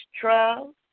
trials